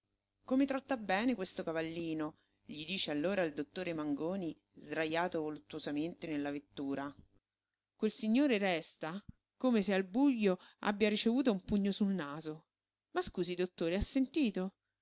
come trotta bene questo cavallino gli dice allora il dottore mangoni sdrajato voluttuosamente nella vettura quel signore resta come se al bujo abbia ricevuto un pugno sul sul naso ma scusi dottore ha sentito